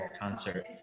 concert